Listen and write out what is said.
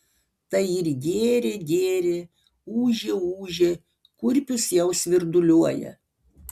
tai ir gėrė gėrė ūžė ūžė kurpius jau svirduliuoja